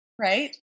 right